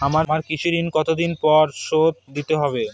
আমার কৃষিঋণ কতদিন পরে শোধ দিতে হবে?